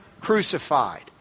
crucified